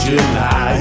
July